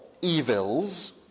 evils